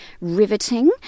riveting